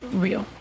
real